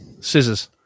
scissors